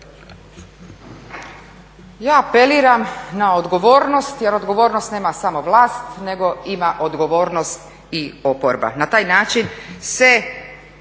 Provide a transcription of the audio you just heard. Ja apeliram na odgovornost jer odgovornost nema samo vlast nego ima odgovornost i oporba. Na taj način se